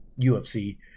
UFC